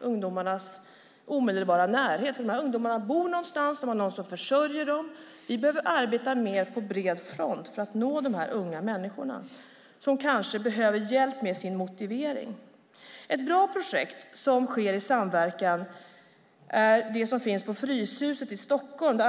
ungdomarnas omedelbara närhet. Ungdomarna bor någonstans och har någon som försörjer dem. Vi behöver arbeta mer på bred front för att nå de unga människorna. De kanske behöver hjälp med sin motivering. Ett bra projekt som sker i samverkan finns på Fryshuset i Stockholm.